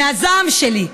מהזעם שלי".